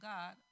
God